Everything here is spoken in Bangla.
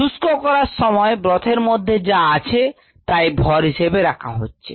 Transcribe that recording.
শুষ্ক করার সময় brothএর মধ্যে যা আছে তাই ভর হিসেবে মাপা হচ্ছে